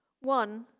One